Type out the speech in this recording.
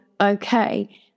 okay